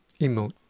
Emote